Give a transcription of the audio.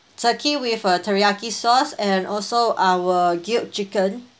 turkey with a teriyaki sauce and also our grilled chicken